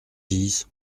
dix